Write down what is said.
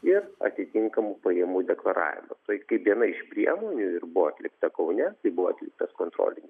ir atitinkamų pajamų deklaravimo tai kaip viena iš priemonių ir buvo atlikta kaune tai buvo atliktas kontrolinis